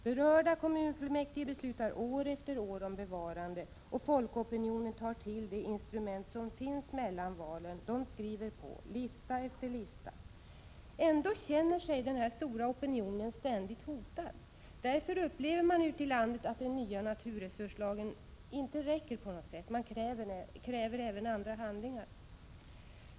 Berörda kommunfullmäktige beslutar år efter år om bevarande, och folkopinionen tar till det instrument som finns mellan valen — man skriver på lista efter lista. Ändå känner sig denna stora opinion ständigt hotad. Därför upplever man ute i landet att den nya naturresurslagen inte räcker. Man kräver även andra handlingar.